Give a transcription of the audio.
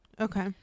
okay